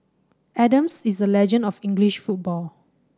Adams is a legend of English football